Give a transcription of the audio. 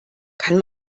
kann